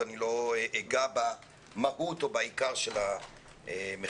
אני לא אגע במהות או בעיקר של המחקר.